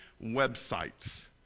websites